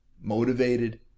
motivated